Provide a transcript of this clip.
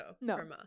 no